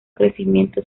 crecimiento